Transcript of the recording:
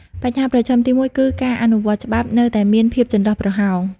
បញ្ហាប្រឈមទីមួយគឺ ការអនុវត្តច្បាប់នៅតែមានភាពចន្លោះប្រហោង។